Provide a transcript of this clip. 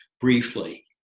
briefly